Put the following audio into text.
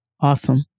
Awesome